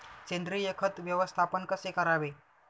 सेंद्रिय खत व्यवस्थापन कसे करावे?